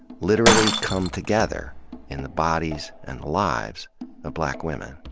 literally come together in the bodies and the lives of black women.